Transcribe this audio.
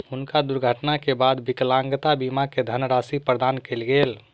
हुनका दुर्घटना के बाद विकलांगता बीमा के धनराशि प्रदान कयल गेल